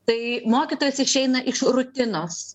tai mokytojas išeina iš rutinos